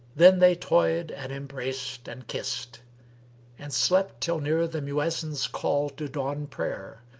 then they toyed and embraced and kissed and slept till near the mu'ezzin's call to dawn prayer,